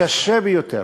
הקשה ביותר,